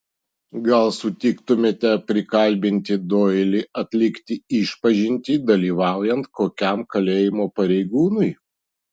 gal sutiktumėte prikalbinti doilį atlikti išpažintį dalyvaujant kokiam kalėjimo pareigūnui